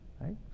right